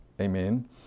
amen